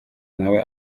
nawe